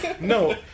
No